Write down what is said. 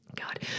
God